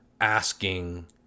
asking